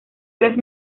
tres